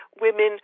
women